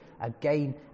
again